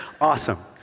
Awesome